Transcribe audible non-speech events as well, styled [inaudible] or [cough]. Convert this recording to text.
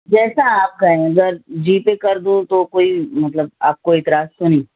جیسا آپ کہیں [unintelligible] جی پے کردوں تو کوئی مطلب آپ کو اعتراض تو نہیں